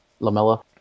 Lamella